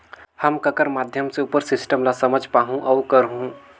हम ककर माध्यम से उपर सिस्टम ला समझ पाहुं और करहूं?